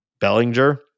Bellinger